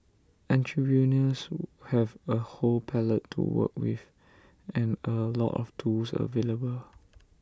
entrepreneurs have A whole palette to work with and A lot of tools available